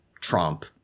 trump